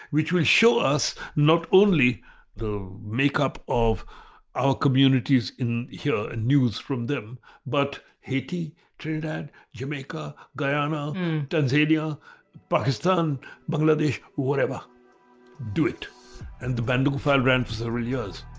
which would show us not only the makeup of our communities in here and news from them but haiti trinidad jamaica guyana tanzania pakistan bangladesh whatever do it and the bandung file ran for several years